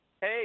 Hey